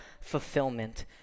fulfillment